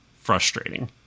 frustrating